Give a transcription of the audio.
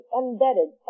embedded